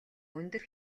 өндөр